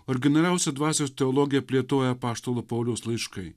originaliausią dvasios teologiją plėtoja apaštalo pauliaus laiškai